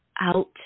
out